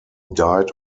died